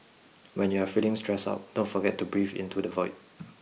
when you are feeling stressed out don't forget to breathe into the void